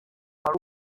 hari